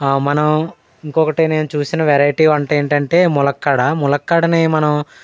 మనం ఇంకొకటి నేను చూసిన వెరైటీ వంట ఏంటంటే ములక్కాడ ములక్కాడని మనం